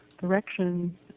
direction